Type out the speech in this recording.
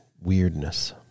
weirdness